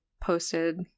posted